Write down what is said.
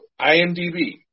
IMDB